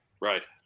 Right